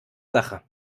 sache